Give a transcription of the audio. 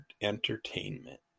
Entertainment